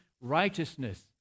righteousness